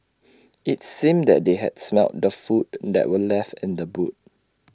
IT seemed that they had smelt the food that were left in the boot